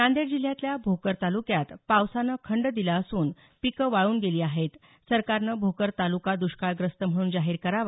नांदेड जिल्ह्यातल्या भोकर तालुक्यात पावसानं खंड दिला असून पीकं वाळून गेली आहेत सरकारन भोकर तालूका दृष्काळ ग्रस्त म्हणून जाहीर करावा